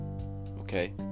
Okay